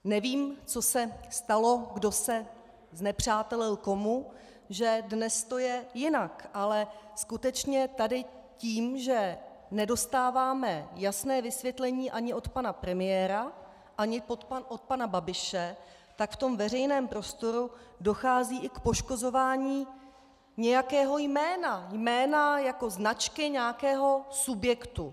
Nevím, co se stalo, kdo se znepřátelil s kým, že dnes to je jinak, ale skutečně tady tím, že nedostáváme jasné vysvětlení ani od pana premiéra, ani od pana Babiše, tak ve veřejném prostoru dochází i k poškozování nějakého jména, jména jako značky nějakého subjektu.